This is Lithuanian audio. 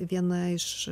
viena iš